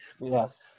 Yes